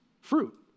fruit